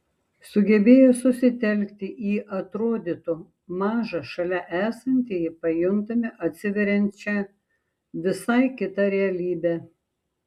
sugebėję susitelkti į atrodytų mažą šalia esantįjį pajuntame atsiveriančią visai kitą realybę